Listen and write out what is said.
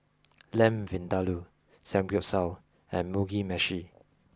Lamb Vindaloo Samgyeopsal and Mugi Meshi